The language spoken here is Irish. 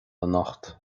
anocht